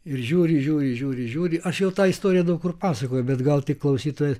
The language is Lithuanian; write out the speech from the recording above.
ir žiūri žiūri žiūri žiūri aš jau tą istoriją daug kur pasakojau bet gal tik klausytojas